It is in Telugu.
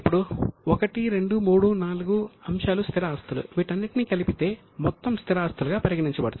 ఇప్పుడు 1 2 3 4 అంశాలు స్థిర ఆస్తులు వీటినన్నింటిని కలిపితే మొత్తం స్థిర ఆస్తులుగా పరిగణించబడుతుంది